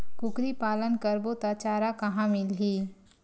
कुकरी पालन करबो त चारा कहां मिलही?